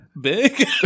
Big